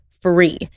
free